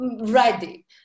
ready